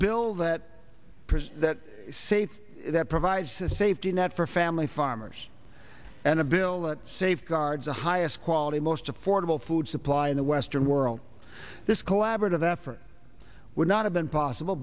pursues that safe that provides a safety net for family farmers and a bill that safeguards the highest quality most affordable food supply in the western world this collaborative effort would not have been possible